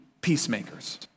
peacemakers